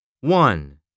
One